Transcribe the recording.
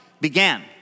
began